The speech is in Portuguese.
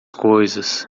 coisas